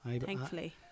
Thankfully